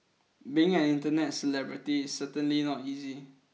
being an internet celebrity is certainly not easy